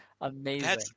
amazing